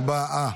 הצבעה.